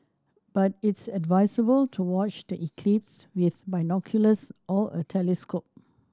but it's advisable to watch the eclipse with binoculars or a telescope